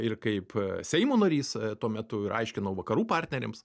ir kaip seimo narys tuo metu ir aiškinau vakarų partneriams